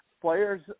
players